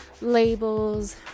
labels